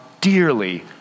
dearly